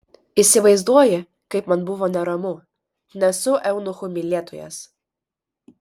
įsivaizduoji kaip man buvo neramu nesu eunuchų mylėtojas